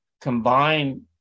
combine